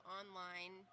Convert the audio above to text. online